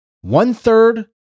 One-third